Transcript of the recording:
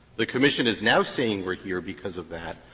the commission is now saying we're here because of that,